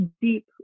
deep